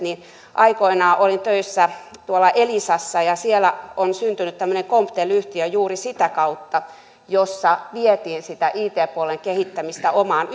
aikoinaan olin töissä elisassa ja siellä on syntynyt tämmöinen comptel yhtiö juuri sitä kautta että vietiin sitä it puolen kehittämistä omaan